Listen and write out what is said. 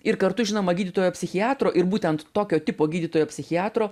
ir kartu žinoma gydytojo psichiatro ir būtent tokio tipo gydytojo psichiatro